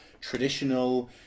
Traditional